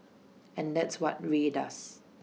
and that's what Rae does